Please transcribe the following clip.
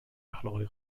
اخلاقای